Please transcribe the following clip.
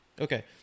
Okay